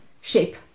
shape